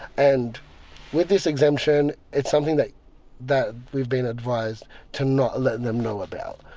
and with this exemption it's something that that we've been advised to not let them know about.